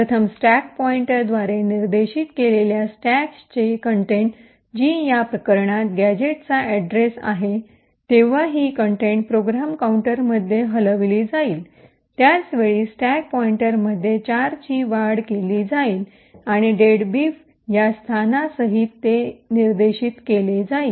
प्रथम स्टॅक पॉईंटरद्वारे निर्देशित केलेल्या स्टॅकची कंटेंट जी या प्रकरणात गॅझेटचा अड्रेस आहे तेव्हा ही कंटेंट प्रोग्राम काउंटरमध्ये हलविली जाईल त्याच वेळी स्टॅक पॉइंटरमध्ये 4 ची वाढ केली जाईल आणि "डेडबीफ" या स्थानासहित हे निर्देशित केले जाईल